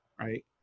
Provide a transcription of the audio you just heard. right